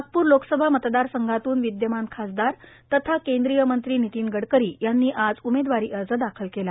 नागपूर लोकसभा मतदार संघातून विद्यमान खासदार तथा केंद्रीय मंत्री नितीन गडकरी यांनी आज उमेदवारी अर्ज दाखल केला